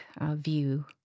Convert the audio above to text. view